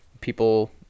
people